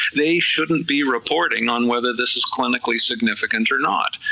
they shouldn't be reporting on whether this is clinically significant or not,